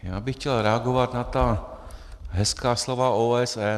Já bych chtěl reagovat na ta hezká slova o OSN.